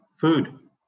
food